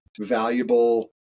valuable